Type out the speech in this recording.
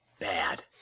Bad